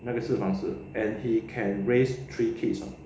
那个四房室 and he can raise three kids ah